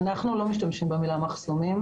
אנחנו לא משתמשים במילה "מחסומים",